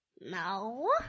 No